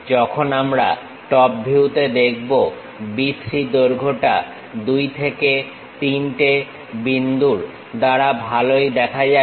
যখন আমরা টপ ভিউতে দেখব B 3 দৈর্ঘ্যটা 2 থেকে 3 টে বিন্দুর দ্বারা ভালোই দেখা যাচ্ছে